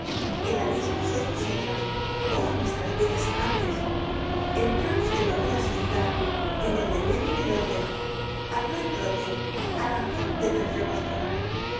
el abismo sois vosotras oh nuestras bellas amantes entramos de nuevo en la sociedad en el deber y en el orden al gran trote á razon de tres leguas por hora